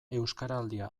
euskaraldia